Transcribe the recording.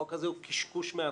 החוק הזה הוא קשקוש מהתחלה.